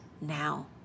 now